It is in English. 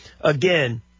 Again